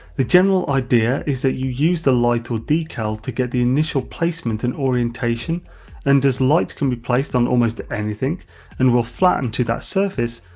the general idea is that you use the light or decal to get the initial placement and orientation and as lights can be placed on almost anything and will flatten to that surface,